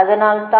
அதனால் தான்